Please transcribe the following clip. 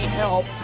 help